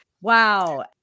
wow